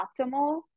optimal